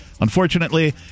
Unfortunately